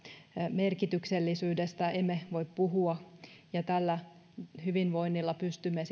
merkityksellisyydestä emme voi puhua ja tällä hyvinvoinnilla pystymme